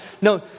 No